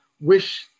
wish